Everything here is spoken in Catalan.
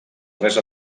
res